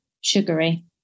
sugary